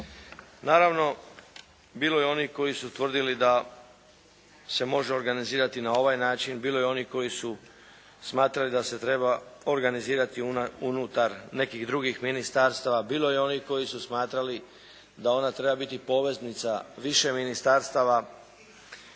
Naravno, bilo je onih koji su tvrdili da se može organizirati na ovaj način, bilo je onih koji su smatrali da se treba organizirati unutar nekih drugih ministarstava, bilo je onih koji su smatrali da ona treba biti poveznica više ministarstava.